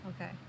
okay